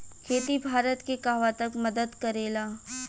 खेती भारत के कहवा तक मदत करे ला?